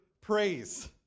praise